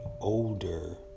older